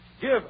Give